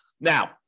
Now